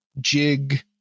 jig